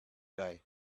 guy